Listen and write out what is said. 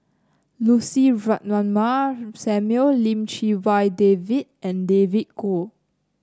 Lucy Ratnammah Samuel Lim Chee Wai David and David Kwo